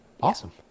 Awesome